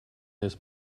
this